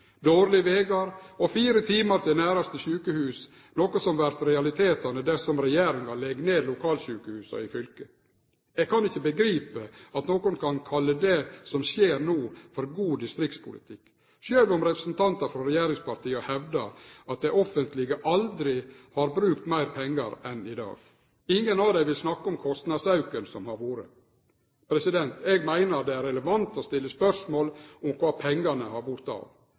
dårlege vegar og fire timar til næraste sjukehus, som vert realiteten dersom regjeringa legg ned lokalsjukehusa i fylket? Eg kan ikkje begripe at nokon kan kalle det som skjer no, for god distriktspolitikk, sjølv om representantar frå regjeringspartia hevdar at det offentlege aldri har brukt meir pengar enn i dag. Ingen av dei vil snakke om kostnadsauken som har vore. Eg meiner det er relevant å stille spørsmål om kvar pengane har vorte av.